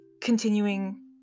continuing